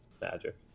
Magic